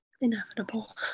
Inevitable